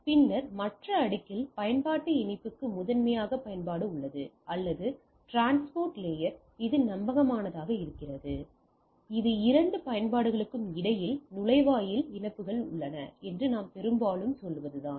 பின்னர் மற்ற அடுக்கில் பயன்பாட்டு இணைப்புக்கு முதன்மையாக பயன்பாடு உள்ளது அல்லது டிரான்ஸ்போர்ட் லாயர்ல் இது நம்பகமானதாக இருக்கிறது இது இரண்டு பயன்பாடுகளுக்கும் இடையில் நுழைவாயில் இணைப்புகள் உள்ளன என்று நாம் பெரும்பாலும் சொல்வதுதான்